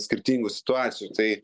skirtingų situacijų tai